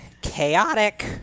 chaotic